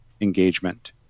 engagement